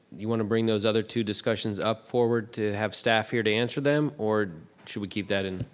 you gonna bring those other two discussions up forward to have staff here to answer them or should we keep that in?